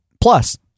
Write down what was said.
Plus